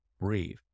breathe